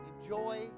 Enjoy